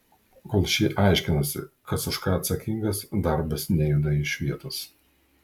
kol šie aiškinasi kas už ką atsakingas darbas nejuda iš vietos